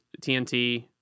TNT